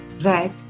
Right